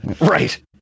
Right